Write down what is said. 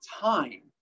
time